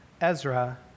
Ezra